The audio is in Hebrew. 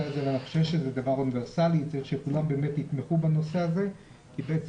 זה דבר אוניברסלי וצריך שכולם יתמכו בנושא כי חלק